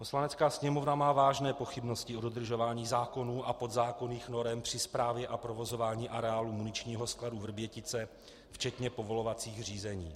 Poslanecká sněmovna má vážné pochybnosti o dodržování zákonů a podzákonných norem při správě a provozování areálu muničního skladu Vrbětice včetně povolovacích řízení;